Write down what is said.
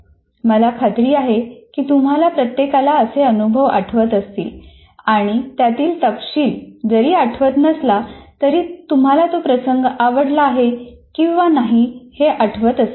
मला खात्री आहे की तुम्हाला प्रत्येकाला असे अनुभव आठवत असतील आणि त्यातील तपशील जरी आठवत नसला तरी तुम्हाला तो प्रसंग आवडला किंवा नाही हे आठवत असेल